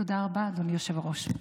תודה רבה, אדוני היושב-ראש.